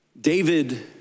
David